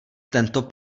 tento